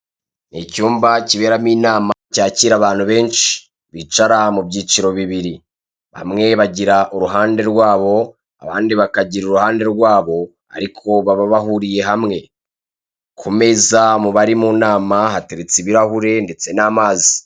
Icyumba kiberamo inama cyakira abantu benshi, bicara mu byiciro bibiri, bamwe bagira uruhande rwabo, abandi bakagira uruhande rwabo, ariko baba bahuriye hamwe. Ku meza mu bari mu nama, hateretse ibirahuri ndetse n'amazi.